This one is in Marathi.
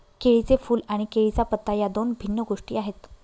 केळीचे फूल आणि केळीचा पत्ता या दोन भिन्न गोष्टी आहेत